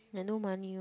I no money